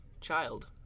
child